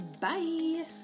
bye